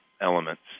elements